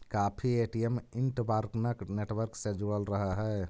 काफी ATM interbank network से जुड़ल रहऽ हई